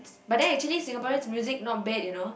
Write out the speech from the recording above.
but then actually Singaporean music not bad you know